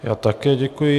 Já také děkuji.